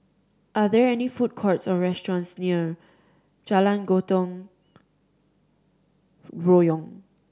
are there any food courts or restaurants near Jalan Gotong Royong